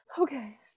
Okay